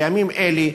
בימים אלה,